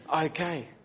Okay